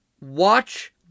watch